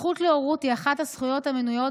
הזכות להורות היא אחת הזכויות המנויות